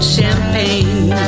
Champagne